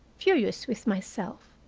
furious with myself.